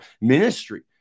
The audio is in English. ministry